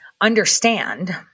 understand